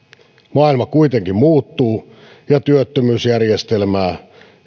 maailma kuitenkin muuttuu ja työttömyysjärjestelmää